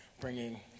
bringing